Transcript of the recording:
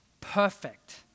perfect